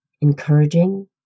encouraging